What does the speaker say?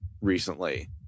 recently